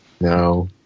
No